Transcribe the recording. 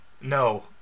No